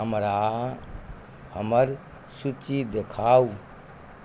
हमरा हमर सूची देखाउ